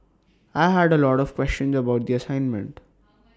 I had A lot of questions about the assignment